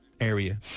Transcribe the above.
area